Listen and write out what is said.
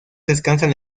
descansan